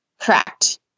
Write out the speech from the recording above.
Correct